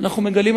אנחנו מגלים,